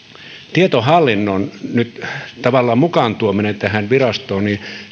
tietohallinnon nyt tavallaan mukaan tuominen tähän virastoon